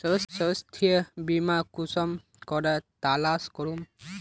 स्वास्थ्य बीमा कुंसम करे तलाश करूम?